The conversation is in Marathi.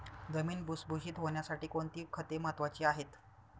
जमीन भुसभुशीत होण्यासाठी कोणती खते महत्वाची आहेत?